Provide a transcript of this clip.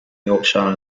yorkshire